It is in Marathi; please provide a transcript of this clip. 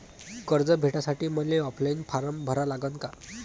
कर्ज भेटासाठी मले ऑफलाईन फारम भरा लागन का?